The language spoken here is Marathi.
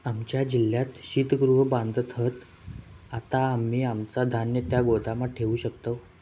आमच्या जिल्ह्यात शीतगृह बांधत हत, आता आम्ही आमचा धान्य त्या गोदामात ठेवू शकतव